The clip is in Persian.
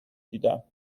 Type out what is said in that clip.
دیدم